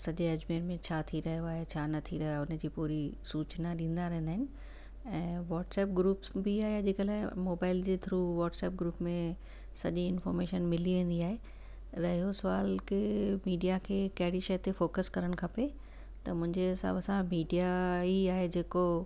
सॼे अजमेर में छा थी रहियो आहे छा न थी रहियो आहे उन जी पूरी सूचना ॾींदा रहंदा आहिनि ऐं व्हाटसप ग्रुप्स बि आहे अॼुकल्ह मोबाइल जे थ्रू व्हाटसप ग्रुप में सॼी इंफॉर्मेशन मिली वेंदी आहे रहियो सुवाल कि मीडिया खे कहिड़ी शइ ते फोकस करणु खपे त मुंहिंजे हिसाब सां मीडिया ई आहे जेको